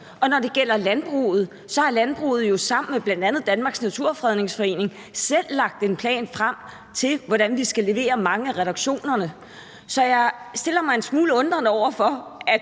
og når det gælder landbruget, har landbruget jo sammen med bl.a. Danmarks Naturfredningsforening selv lagt en plan frem for, hvordan vi skal levere mange af reduktionerne. Så jeg stiller mig en smule undrende over for,